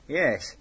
yes